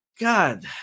God